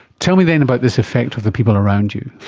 tell me then about this effect of the people around you,